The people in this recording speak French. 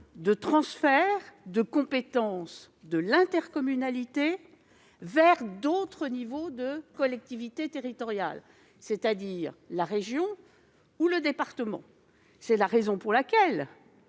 de transferts de compétences de l'intercommunalité vers d'autres échelons de collectivités territoriales, comme la région ou le département. C'est la raison pour laquelle